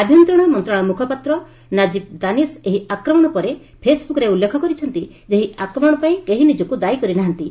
ଆଭ୍ୟନ୍ତରୀଣ ମନ୍ତ୍ରଶାଳୟ ମୁଖପାତ୍ର ନାଟ୍ଟିବ୍ ଦାନିସ୍ ଏହି ଆକ୍ରମଣ ପରେ ଫେସ୍ବୁକ୍ରେ ଉଲ୍ଲେଖ କରିଛନ୍ତି ଯେ ଏହି ଆକ୍ରମଣପାଇଁ କେହି ନିଜକୁ ଦାୟି କରି ନାହାନ୍ତି